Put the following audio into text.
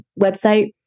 website